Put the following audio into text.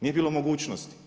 Nije bilo mogućnosti.